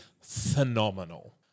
phenomenal